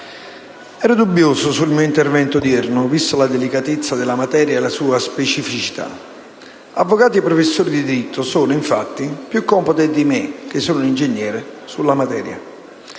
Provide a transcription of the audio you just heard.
ero dubbioso sul mio intervento odierno vista la delicatezza della materia e la sua specificità: avvocati e professori di diritto sono infatti più competenti di me, che sono un ingegnere, sulla materia.